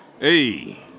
Hey